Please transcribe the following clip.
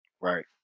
right